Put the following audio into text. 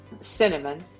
cinnamon